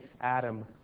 Adam